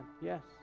Yes